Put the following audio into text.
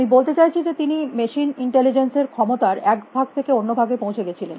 আমি বলতে চাইছি যে তিনি মেশিন ইন্টেলিজেন্স এর ক্ষমতার এক ভাগ থেকে অন্য ভাগে পৌঁছে গেছিলেন